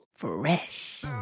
Fresh